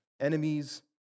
enemies